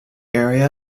area